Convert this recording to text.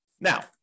Now